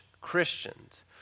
Christians